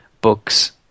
books